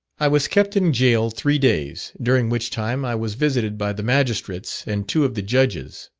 i was kept in gaol three days, during which time i was visited by the magistrates and two of the judges.